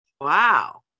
wow